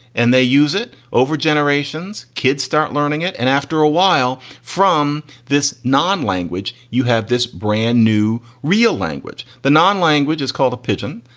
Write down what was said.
and they use it over generations. kids start learning it. and after a while from this non language, you have this brand new real language. the non language is called a pigeon.